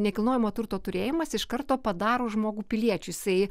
nekilnojamo turto turėjimas iš karto padaro žmogų piliečiu jisai